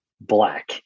black